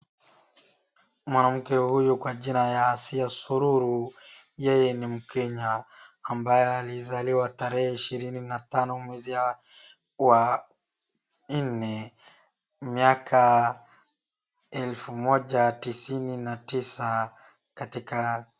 Mwanamke huyu kwa jina ya Asiya Sururu ni mkenya ambaye aliza tarehe ishirini tano mwezi nne mwaka elfu moja tisini na tisa katika.